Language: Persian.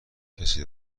کسی